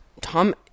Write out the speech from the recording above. Tom